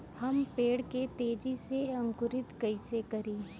हम पेड़ के तेजी से अंकुरित कईसे करि?